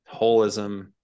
holism